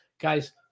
Guys